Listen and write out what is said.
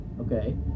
okay